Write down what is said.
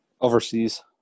Overseas